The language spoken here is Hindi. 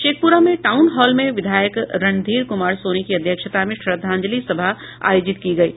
शेखपुरा में टाउन हॉल में विधायक रणधीर कुमार सोनी की अध्यक्षता में श्रद्धांजलि सभा आयोजित की गयी